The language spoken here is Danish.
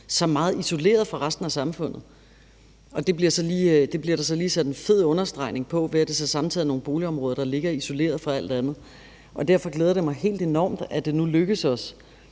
meget isoleret fra resten af samfundet, og det bliver der så lige sat en fed understregning på, ved at det så samtidig er nogle boligområder, der ligger isoleret fra alt andet. Derfor glæder det mig helt enormt, at det nu er lykkedes os